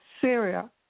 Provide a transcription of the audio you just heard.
Syria